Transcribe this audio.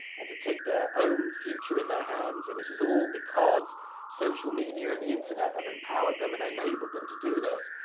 and to take their own future in their hands and this is all because social media and the internet have empowered them and enabled them to do this.